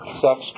sex